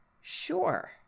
Sure